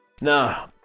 No